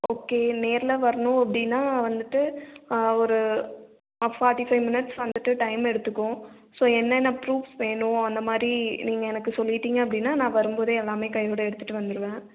okay நேரில் வரணும் அப்படினா வந்துட்டு ஆ ஒரு ஃபார்ட்டி ஃபைவ் மினிட்ஸ் வந்துட்டு டைம் எடுத்துக்கும் ஸோ என்னென்ன புரூஃப் வேணும் அந்த மாதிரி நீங்கள் எனக்கு சொல்லிவிட்டிங்க அப்படினா நான் வரும்போது எல்லாமே கையோடு எடுத்துகிட்டு வந்துடுவேன்